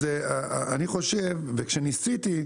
אז אני חושב, וכשניסיתי,